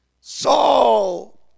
Saul